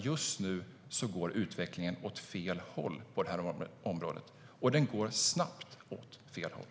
Just nu går utvecklingen åt fel håll på området, och den går snabbt åt fel håll.